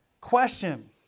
Question